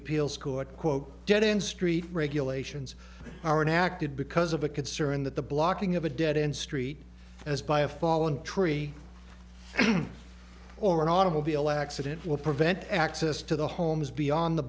appeals court quote dead end street regulations are inactive because of a concern that the blocking of a dead end street as by a fallen tree or an automobile accident will prevent access to the homes beyond the